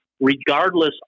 regardless